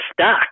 stuck